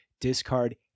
discard